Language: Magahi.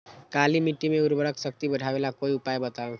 काली मिट्टी में उर्वरक शक्ति बढ़ावे ला कोई उपाय बताउ?